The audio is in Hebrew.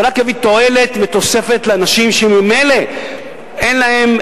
זה רק יביא תועלת ותוספת לאנשים שממילא אין להם,